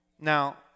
Now